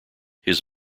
his